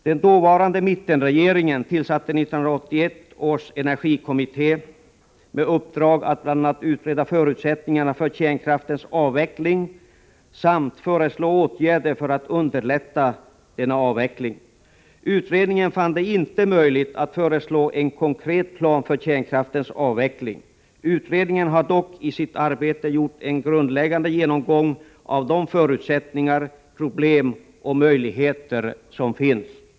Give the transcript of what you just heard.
Den dåvarande mittenregeringen tillsatte 1981 års energikommitté med uppdrag att bl.a. utreda förutsättningarna för kärnkraftens avveckling samt föreslå åtgärder för att underlätta denna. Utredningen fann det inte möjligt att föreslå en konkret plan för kärnkraftens avveckling. Utredningen har dock i sitt arbete gjort en grundläggande genomgång av de förutsättningar, problem och möjligheter som finns.